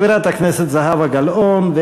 חברת הכנסת זהבה גלאון,